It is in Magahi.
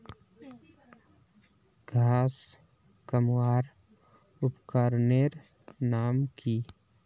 घांस कमवार उपकरनेर नाम की?